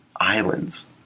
islands